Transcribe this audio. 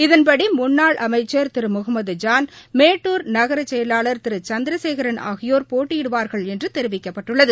இதன்படிமுன்னாள் அமைச்சர் திருமுகமது ஜான் மேட்டூர் நகரசெயலாளர் திருசந்திரசேகரன் ஆகியோர் போட்டியிடுவார்கள் என்றுதெரிவிக்கப்பட்டுள்ளது